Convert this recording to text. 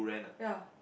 ya